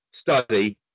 study